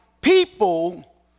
people